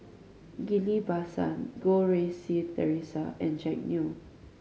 Ghillie Basan Goh Rui Si Theresa and Jack Neo